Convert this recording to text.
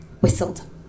whistled